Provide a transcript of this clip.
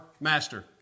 master